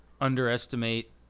underestimate